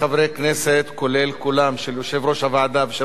כולל קולם של יושב-ראש הוועדה ושל חבר הכנסת בן-סימון.